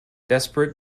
desperate